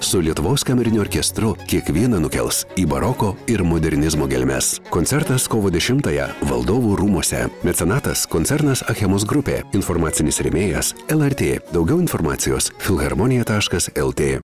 su lietuvos kameriniu orkestru kiekvieną nukels į baroko ir modernizmo gelmes koncertas kovo dešimtąją valdovų rūmuose mecenatas koncernas achemos grupė informacinis rėmėjas lrt daugiau informacijos filharmonija taškas lt